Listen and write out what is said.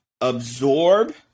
absorb